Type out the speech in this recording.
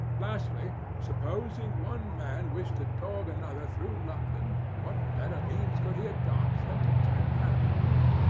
lastly, supposing one man wished to dog another through london, what better means could he adopt than to turn cabdriver.